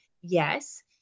yes